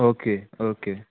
okay okay